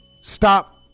Stop